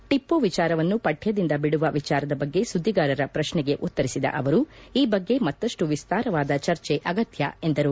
ಟಿಪ್ಪು ವಿಚಾರವನ್ನು ಪಕ್ಕದಿಂದ ಬಿಡುವ ವಿಚಾರದ ಬಗ್ಗೆ ಸುದ್ದಿಗಾರರ ಪ್ರಕ್ನೆಗೆ ಉತ್ತರಿಸಿದ ಅವರು ಈ ಬಗ್ಗೆ ಮತ್ತಷ್ಟು ವಿಸ್ತಾರವಾದ ಚರ್ಚೆ ಅಗತ್ಯ ಎಂದರು